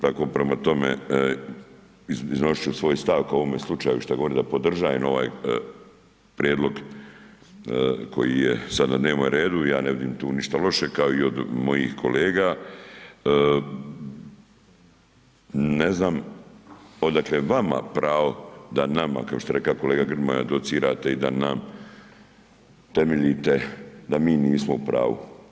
Tako prema tome iznosit ću svoj stav kao u ovome slučaju šta govorim da podržajem ovaj prijedlog koji je sada na dnevnom redu i ja ne vidim tu ništa lošeg, kao i od mojih kolega, ne znam odakle vama pravo, da nama kao što je rekao kolega Grmoja, docirate i da nam temeljite da mi nismo u pravu.